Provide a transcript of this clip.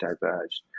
diverged